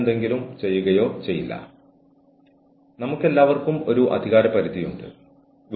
ബാത്ത്റൂമുകൾക്കുള്ള സ്ഥലത്തിന് മുന്നിൽ നിങ്ങൾക്ക് ശരിക്കും ക്ലോസ്ഡ് സർക്യൂട്ട് ക്യാമറകൾ ആവശ്യമുണ്ടോ